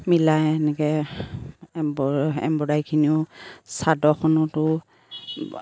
মিলাই এনেকৈ এম্ব এম্ব্ৰইডাৰীখিনিও চাদৰখনতো